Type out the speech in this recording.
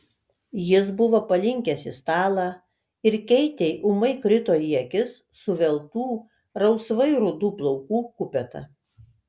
jis buvo palinkęs į stalą ir keitei ūmai krito į akis suveltų rausvai rudų plaukų kupeta